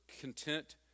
content